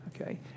okay